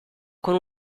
con